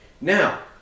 Now